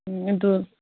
ꯎꯝ ꯑꯗꯨ